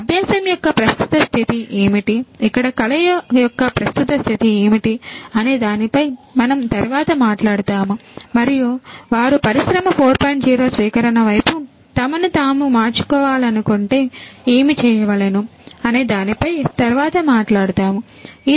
అభ్యాసం ఆటోమేషన్ మరియు పరిశ్రమ 4